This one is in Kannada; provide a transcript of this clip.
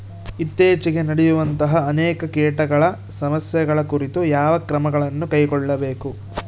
ಇತ್ತೇಚಿಗೆ ನಡೆಯುವಂತಹ ಅನೇಕ ಕೇಟಗಳ ಸಮಸ್ಯೆಗಳ ಕುರಿತು ಯಾವ ಕ್ರಮಗಳನ್ನು ಕೈಗೊಳ್ಳಬೇಕು?